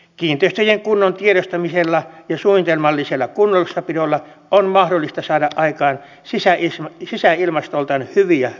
kiinteistöjen kunnon tiedostamisella ja suunnitelmallisella kunnossapidolla on mahdollista saada aikaan sisäilmastoltaan hyviä rakennuksia